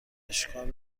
اشکال